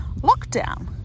lockdown